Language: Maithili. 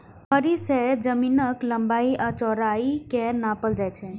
कड़ी सं जमीनक लंबाइ आ चौड़ाइ कें नापल जाइ छै